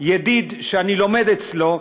ידיד שאני לומד אצלו.